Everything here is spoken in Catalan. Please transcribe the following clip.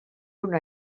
una